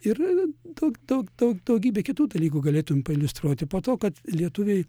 ir daug daug daug daugybė kitų dalykų galėtum pailiustruoti po to kad lietuviai